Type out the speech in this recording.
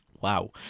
Wow